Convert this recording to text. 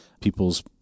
People's